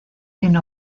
sin